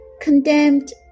condemned